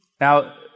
Now